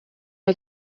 nhw